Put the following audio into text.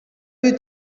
you